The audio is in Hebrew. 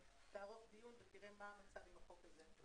דיון ותראה מה המצב עם החוק הזה.